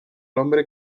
hombre